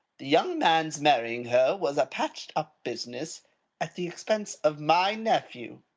the young man's marrying her was a patched-up business at the expense of my nephew.